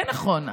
כן נכון.